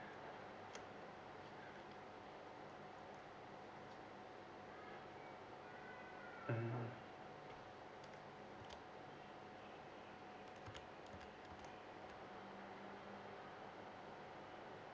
mm